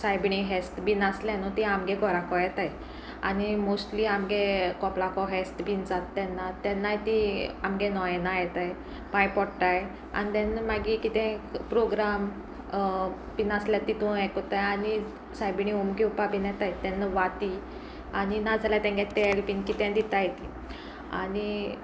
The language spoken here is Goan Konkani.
सायबिणी फेस्त बीन आसलें न्हू तीं आमगे घोराको येताय आनी मोस्टली आमगे कोपलाको फेस्त बीन जाता तेन्ना तेन्नाय ती आमगे नोयेनां येताय पांय पडटाय आनी तेन्ना मागीर कितें प्रोग्राम बी आसल्यार तितू हेंक करताय आनी सायबिणी ओम घेवपा बीन येताय तेन्ना वाती आनी नाजाल्यार तेंगे तेल बीन कितें दितायत आनी